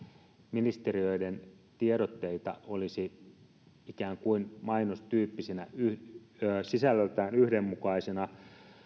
ministeriöiden tiedotteita olisi ikään kuin mainostyyppisinä ja sisällöltään yhdenmukaisina